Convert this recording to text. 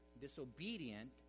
disobedient